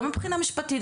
גם מבחינה משפטית,